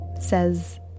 says